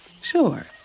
Sure